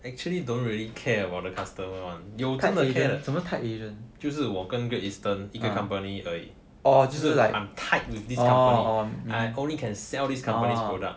actually don't really care about the customer [one] 有真的 care 的就是我跟 great eastern 一个 company 而已 I'm tied with this company I only can sell this company product